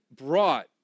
brought